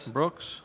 Brooks